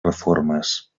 reformes